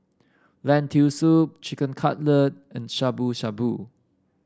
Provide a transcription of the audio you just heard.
Lentil Soup Chicken Cutlet and Shabu Shabu